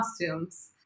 costumes